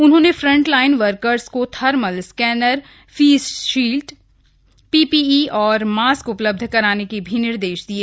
उन्होंने frontline workers को thermal scanner face shield PPE kit और मास्क उपलब्ध कराने के निर्देश दिये